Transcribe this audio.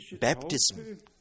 baptism